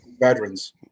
veterans